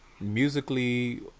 musically